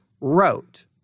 wrote